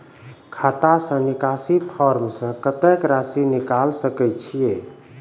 खाता से निकासी फॉर्म से कत्तेक रासि निकाल सकै छिये?